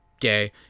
gay